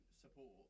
support